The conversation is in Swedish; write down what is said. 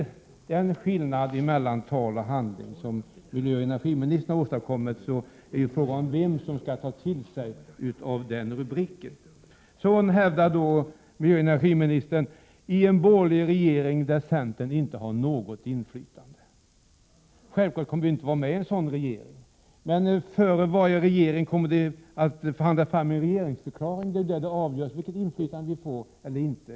Med den skillnad mellan tal och handling som miljöoch energiministern står för är det fråga om vem som skall ta åt sig av det uttalandet. Miljöoch energiministern talar om en borgerlig regering där centern inte har något inflytande. Självfallet kommer vi inte att vara med i en sådan regering. Före regeringsbildningen kommer det att förhandlas fram en regeringsförklaring, och det är där det avgörs vilket inflytande som vi får.